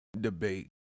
debate